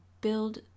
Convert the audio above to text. build